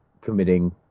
committing